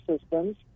systems